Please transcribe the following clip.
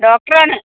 ഡോക്ടറാണ്